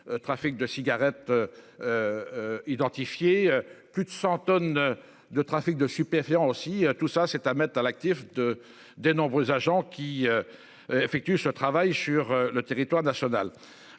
trafic de cigarettes. Identifié plus de 100 tonnes de trafic de stupéfiants aussi tout ça c'est à mettre à l'actif de, de nombreux agents qui. Effectuent ce travail sur le territoire national.